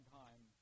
time